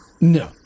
No